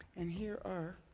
and here are